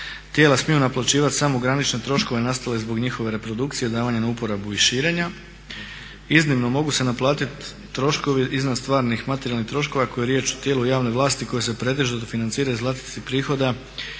Tijela smiju naplaćivati samo ograničene troškove nastale zbog njihove reprodukcije davanjem na uporabu i širenja. Iznimno mogu se naplatiti troškovi iznad stvarnih materijalnih troškova ako je riječ o tijelu javne vlasti koja se pretežito financira iz vlastitih prihoda